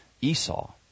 Esau